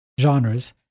genres